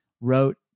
wrote